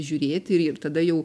žiūrėti ir ja tada jau